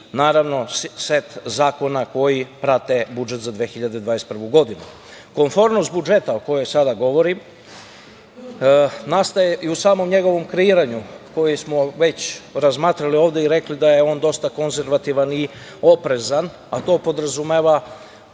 naravno set zakona koji prate budžet za 2021. godinu. Komfornost budžeta o kojoj sada govorim nastaje i u samom njegovom kreiranju koje smo već razmatrali ovde i rekli da je on dosta konzervativan i oprezan, a to podrazumeva